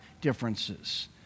differences